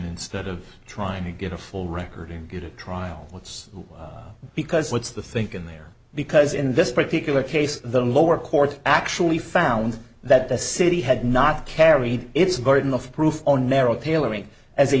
instead of trying to get a full record and get a trial it's because what's the thinking there because in this particular case the lower court actually found that the city had not carried its garden of proof on narrow tailoring as a